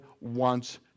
wants